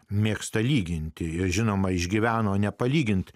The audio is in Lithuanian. mėgsta lyginti ją žinoma išgyveno nepalyginti